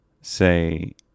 say